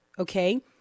Okay